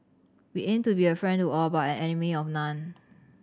we aim to be a friend to all but an enemy of none